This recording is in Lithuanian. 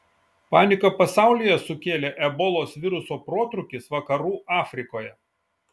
paniką pasaulyje sukėlė ebolos viruso protrūkis vakarų afrikoje